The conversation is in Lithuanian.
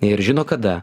ir žino kada